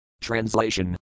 Translation